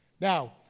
Now